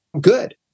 good